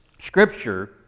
Scripture